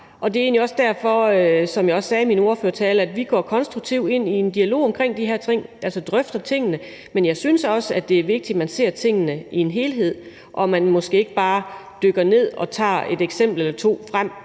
ordførertale, at vi går konstruktivt ind i en dialog omkring de her ting. Vi skal drøfte tingene, men jeg synes også, det er vigtigt, at man ser tingene i en helhed, og at man måske ikke bare dykker ned og tager et eksempel eller to frem,